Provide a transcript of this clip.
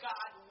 God